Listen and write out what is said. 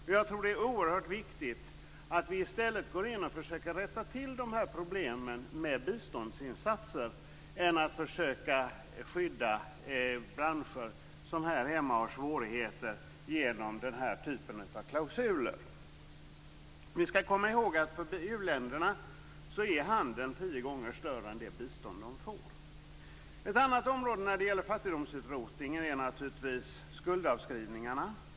Jag tror att det är oerhört viktigt att vi går in och försöker rätta till de här problemen med biståndsinsatser i stället för att försöka skydda branscher som har svårigheter här hemma genom den här typen av klausuler. Vi skall komma ihåg att i u-länderna är handeln tio gånger större än det bistånd de får. Ett annat område när det gäller fattigdomsutrotningen är naturligtvis skuldavskrivningarna.